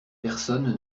personne